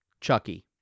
Chucky